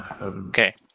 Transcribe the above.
Okay